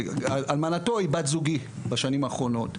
אלמנתו היא בת זוגי בשנים האחרונות.